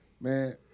man